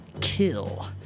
kill